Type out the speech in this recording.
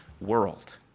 world